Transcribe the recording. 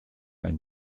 ein